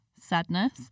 sadness